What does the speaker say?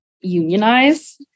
unionize